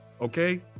okay